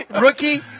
Rookie